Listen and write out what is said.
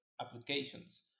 Applications